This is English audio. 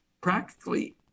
practically